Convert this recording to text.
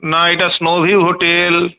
না এটা snow view hotel